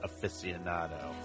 aficionado